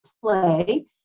play